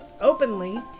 openly